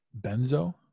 benzo